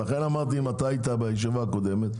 לכן אמרתי אם אתה היית בישיבה הקודמת.